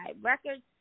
records